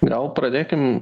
gal pradėkim